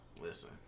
Listen